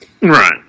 Right